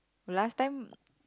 last time